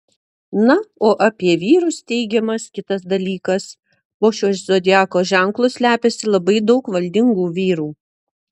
na o apie vyrus teigiamas kitas dalykas po šiuo zodiako ženklu slepiasi labai daug valdingų vyrų